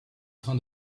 train